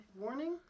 warning